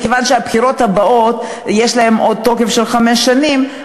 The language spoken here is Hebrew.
מכיוון שהבחירות האלה יש להן תוקף של חמש שנים,